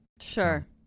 Sure